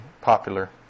popular